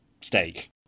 steak